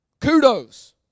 Kudos